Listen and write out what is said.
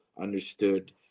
understood